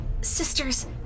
Sisters